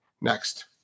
Next